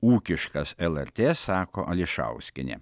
ūkiškas lrt sako ališauskienė